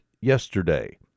Yesterday